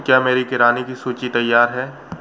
क्या मेरी किराने की सूची तैयार है